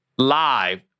Live